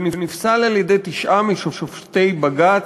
שנפסל על-ידי תשעה משופטי בג"ץ,